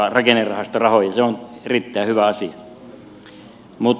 se on erittäin hyvä asia